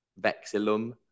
vexillum